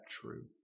true